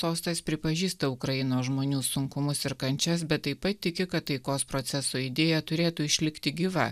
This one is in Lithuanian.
sostas pripažįsta ukrainos žmonių sunkumus ir kančias bet taip pat tiki kad taikos proceso idėja turėtų išlikti gyva